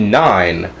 nine